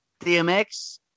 DMX